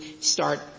start